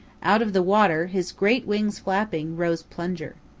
out of the water, his great wings flapping, rose plunger.